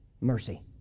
mercy